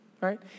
Right